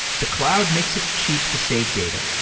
the cloud makes it cheap to save data.